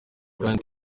kandi